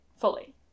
fully